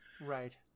right